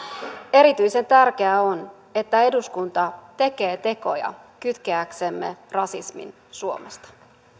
erityisen tärkeää on että eduskunta tekee tekoja kitkeäkseen rasismin suomesta